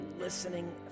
listening